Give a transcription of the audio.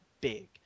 big